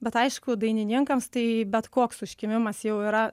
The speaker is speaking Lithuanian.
bet aišku dainininkams tai bet koks užkimimas jau yra